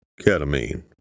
ketamine